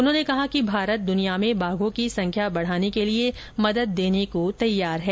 उन्होंने कहा कि भारत दुनिया में बाघों की संख्या बढाने के लिए मदद देने को तैयार है